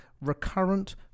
recurrent